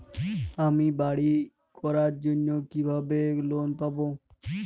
আমি বাড়ি করার জন্য কিভাবে লোন পাব?